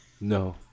No